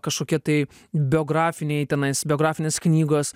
kažkokie tai biografiniai tenais biografinės knygos